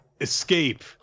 escape